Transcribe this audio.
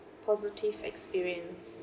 positive experience